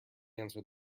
answer